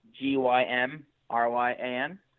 G-Y-M-R-Y-A-N